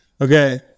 Okay